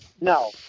No